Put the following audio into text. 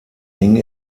hing